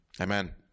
amen